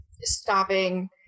stopping